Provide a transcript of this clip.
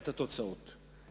את התוצאות.